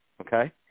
okay